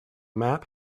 map